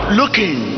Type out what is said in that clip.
looking